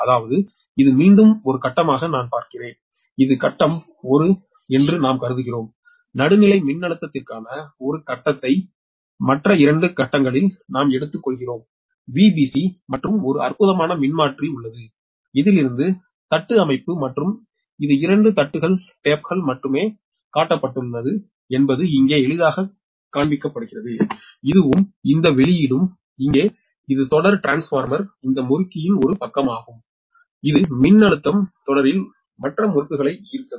அதாவது இது மீண்டும் ஒரு கட்டமாக நான் பார்க்கிறேன் இது கட்டம் ஒரு என்று நாம் கருதுகிறோம் நடுநிலை மின்னழுத்தத்திற்கான ஒரு கட்டத்தை மற்ற 2 கட்டங்களில் நாம் எடுத்துக்கொள்கிறோம் Vbc மற்றும் ஒரு அற்புதமான மின்மாற்றி உள்ளது இதிலிருந்து தட்டு அமைப்பு மற்றும் இது 2 தட்டுகள் மட்டுமே காட்டப்பட்டுள்ளது என்பது இங்கே எளிதாகக் காண்பிக்கப்படுகிறது இதுவும் இதன் வெளியீடும் இங்கே இது தொடர் டிரான்ஸ்ஃபார்மர் இந்த முறுக்கின் ஒரு பக்கமாகும் இது மின்னழுத்தம் தொடரில் மற்ற முறுக்குகளை ஈர்த்தது